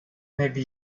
maybe